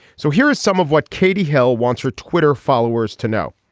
so here is some of what katie hill wants her twitter followers to know.